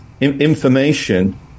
Information